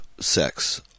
Sex